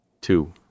Two